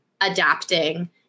adapting